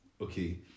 okay